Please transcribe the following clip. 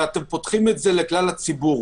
ואתם פותחים את זה לכלל הציבור.